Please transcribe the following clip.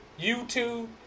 YouTube